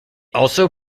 also